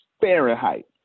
Fahrenheit